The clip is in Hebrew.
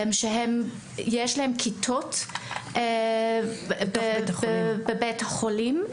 שיש להם כיתות בבית החולים.